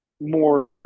more